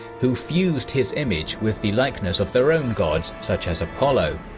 who fused his image with the likeness of their own gods, such as apollo.